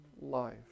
life